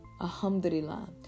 Alhamdulillah